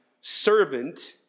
servant